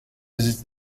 visits